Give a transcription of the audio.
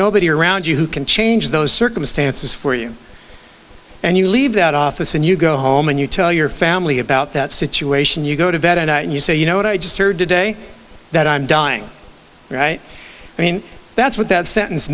nobody around you who can change those circumstances for you and you leave that office and you go home and you tell your family about that situation you go to bed at night and you say you know what i just heard today that i'm dying right i mean that's what that sentence